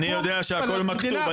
אני יודע שהכול מכתוב.